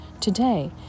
today